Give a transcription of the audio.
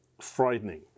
frightening